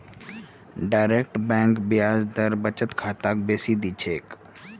direct bank ब्याज दर बचत खातात बेसी दी छेक